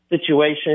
situation